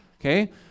Okay